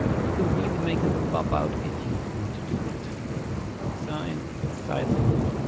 you can really make them pop out if you want to do that. design sizing,